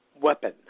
weapon